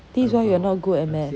this is why you are not good at math